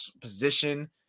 position